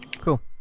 cool